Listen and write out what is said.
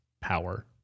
power